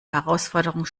herausforderung